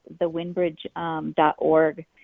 thewindbridge.org